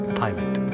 pilot